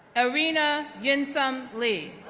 erina yinsum li,